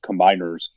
combiners